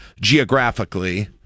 geographically